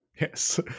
Yes